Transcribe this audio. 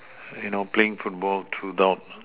you know playing football throughout